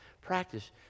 Practice